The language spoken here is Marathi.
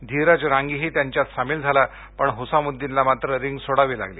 धीरज रांगीही त्यांच्यात सामील झाला पण हुसामुद्दीनला मात्र रिंग सोडावी लागली